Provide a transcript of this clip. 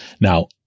Now